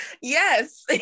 yes